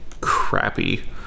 crappy